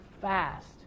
fast